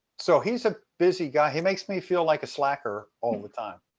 so he's a busy guy. he makes me feel like a slacker all the time.